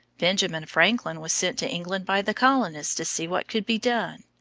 benjamin franklin was sent to england by the colonists to see what could be done.